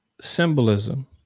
symbolism